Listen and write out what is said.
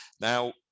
now